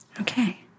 Okay